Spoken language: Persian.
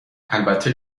البته